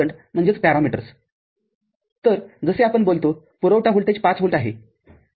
तरजसे आपण बोललो पुरवठा व्होल्टेज ५ व्होल्ट आहे समजा